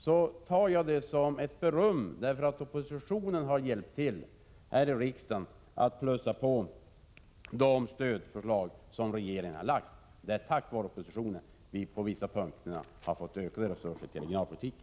Det tar jag som ett beröm till oppositionen till att den har hjälpt till här i riksdagen med att plussa på de stödförslag som regeringen har lagt fram. Det är tack vare oppositionen vi på vissa punkter har fått ökade resurser till regionalpolitiken.